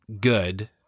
good